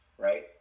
right